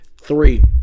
Three